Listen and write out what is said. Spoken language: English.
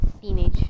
teenage